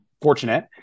fortunate